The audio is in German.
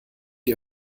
ihr